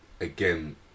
again